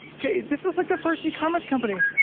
this was like the first ecommerce company.